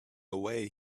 away